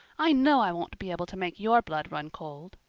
i know i won't be able to make your blood run cold.